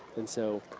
and so,